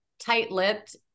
tight-lipped